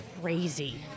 crazy